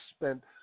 spent